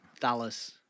Dallas